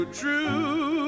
true